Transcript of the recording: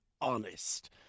honest